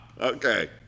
Okay